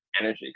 energy